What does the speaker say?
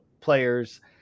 players